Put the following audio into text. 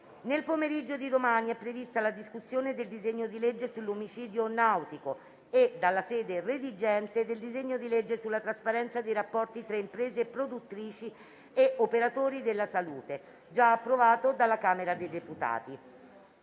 Nel pomeriggio di domani è prevista la discussione del disegno di legge sull'omicidio nautico e, dalla sede redigente, del disegno di legge sulla trasparenza dei rapporti tra imprese produttrici e operatori della salute, già approvato dalla Camera dei deputati.